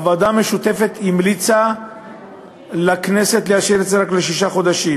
הוועדה המשותפת המליצה לכנסת לאשר את זה רק לשישה חודשים.